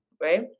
right